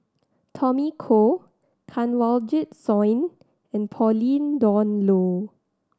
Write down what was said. Tommy Koh Kanwaljit Soin and Pauline Dawn Loh